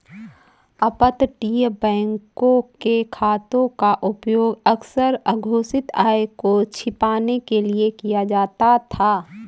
अपतटीय बैंकों के खातों का उपयोग अक्सर अघोषित आय को छिपाने के लिए किया जाता था